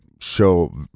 show